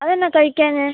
അതെന്താ കഴിക്കാഞ്ഞത്